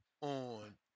on